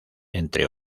entre